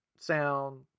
Sound